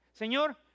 Señor